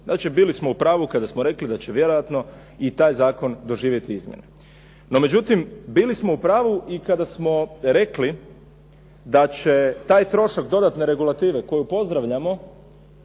Znači bili smo u pravu kada smo rekli da će vjerojatno i taj zakon doživjeti izmjene. No, međutim, bili smo u pravu i kada smo rekli da će taj trošak dodatne regulative koju pozdravljamo